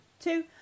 Two